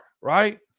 right